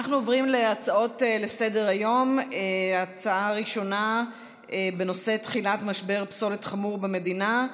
נעבור להצעות לסדר-היום בנושא: תחילת משבר פסולת חמור במדינה,